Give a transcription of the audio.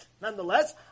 nonetheless